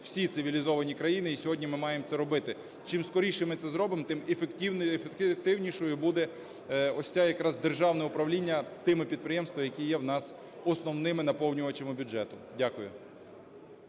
всі цивілізовані країни, і сьогодні ми маємо це робити. Чим скоріше ми це зробимо, тим ефективнішою буде ось це якраз державне управління тими підприємствами, які є у нас основними наповнювачами бюджету. Дякую.